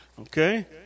Okay